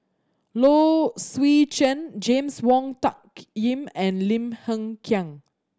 Low Swee Chen James Wong Tuck Yim and Lim Hng Kiang